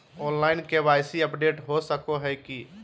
Online KYC update हो सको है की?